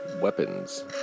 weapons